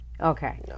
Okay